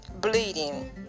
bleeding